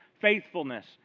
faithfulness